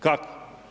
Kako?